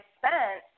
spent